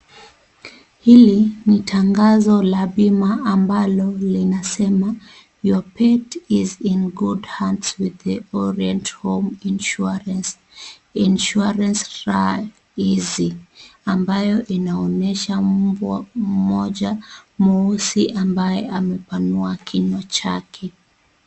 Hili ni tangazo la bima ambalo linasema,(cs)Your pet is in good hands with orient home Insuarance, insuarance Rah-easy(cs) ambayo inaonyesha mbwa mmoja mweusi ambaye amepanua kinywa chake.